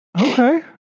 Okay